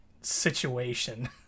situation